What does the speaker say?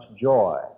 joy